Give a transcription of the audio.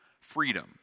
freedom